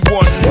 one